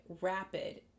rapid